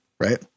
right